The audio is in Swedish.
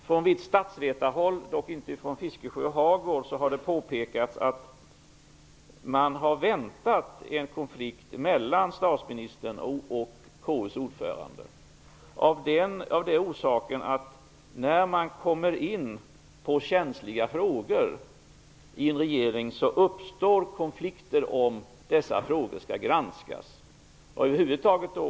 Från visst statsvetarhåll, dock inte från Fiskesjö och Hagård, har det påpekats att man har väntat en konflikt mellan statsministern och KU:s ordförande, av den orsaken att när man kommer in på känsliga frågor i en regering uppstår konflikter om dessa frågor skall granskas.